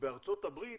ובארצות הברית